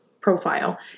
profile